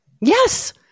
Yes